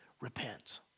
repent